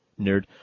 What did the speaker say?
Nerd